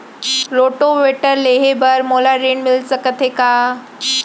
Rotavator लेहे बर मोला ऋण मिलिस सकत हे का?